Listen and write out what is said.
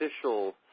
official